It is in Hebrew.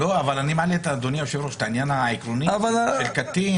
אני מעלה את העניין העקרוני של קטין.